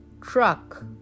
truck